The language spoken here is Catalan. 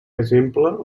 exemple